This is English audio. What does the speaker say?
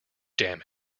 damn